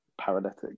paralytic